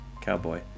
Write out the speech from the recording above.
cowboy